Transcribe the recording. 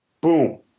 Boom